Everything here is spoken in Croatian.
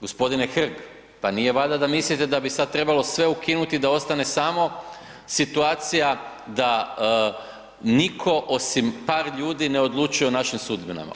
Gospodine Hrg, pa nije valjda da mislite da bi sada trebalo sve ukinuti da ostane samo situacija da niko osim par ljudi ne odlučuje o našim sudbinama.